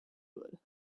wood